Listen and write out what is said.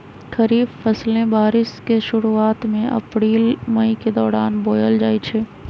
खरीफ फसलें बारिश के शुरूवात में अप्रैल मई के दौरान बोयल जाई छई